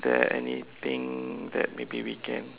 is there anything that maybe we can